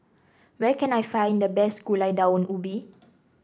where can I find the best Gulai Daun Ubi